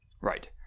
right